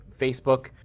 Facebook